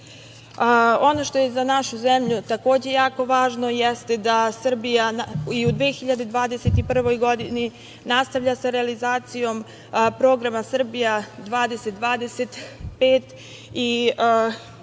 što je za našu zemlju jako važno jeste da Srbija i u 2021. godini nastavlja sa realizacijom programa Srbija 2025.